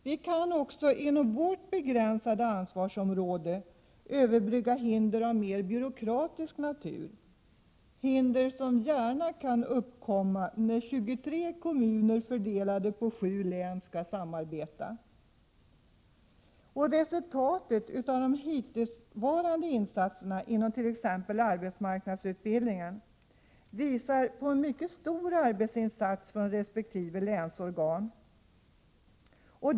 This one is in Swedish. Vi kan också inom vårt begränsade ansvarsområde överbrygga hinder av mer byråkratisk natur som gärna kan uppkomma när 23 kommuner, fördelade på sju län, skall samarbeta. Resultatet av de hittillsvarande insatserna inom t.ex. arbetsmarknadsutbildningen visar på en mycket stor arbetsinsats från resp. länsorgan.